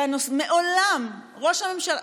ומעולם ראש הממשלה,